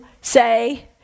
say